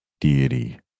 deity